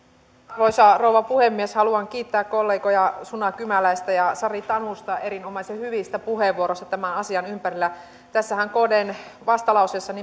arvoisa rouva puhemies haluan kiittää kollegoja suna kymäläistä ja sari tanusta erinomaisen hyvistä puheenvuoroista tämän asian ympärillä tässä kdn vastalauseessahan